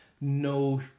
no